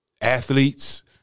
athletes